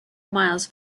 miles